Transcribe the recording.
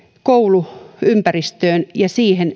kouluympäristöön ja siihen